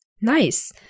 Nice